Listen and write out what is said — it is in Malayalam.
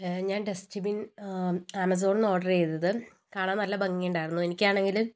ഞാൻ ഡസ്റ്റ് ബിൻ ആമസോൺന്ന് ഓർഡറ് ചെയ്തത് കാണാൻ നല്ല ഭംഗിയുണ്ടായിരുന്നു എനിക്കാണങ്കില്